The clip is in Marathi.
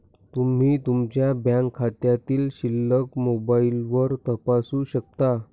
तुम्ही तुमच्या बँक खात्यातील शिल्लक मोबाईलवर तपासू शकता